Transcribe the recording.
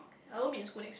I won't be in school next